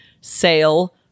Sale